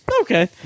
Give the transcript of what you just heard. okay